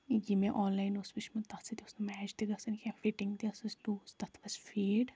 یہِ مےٚ آنلاین اوس وٕچھمُت تَتھ سۭتۍ اوس نہٕ میچ تہِ گژھان کینٛہہ فِٹِنٛگ تہِ ٲسٕس لوٗز تَتھ ؤژھ فیٖڈ